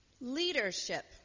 Leadership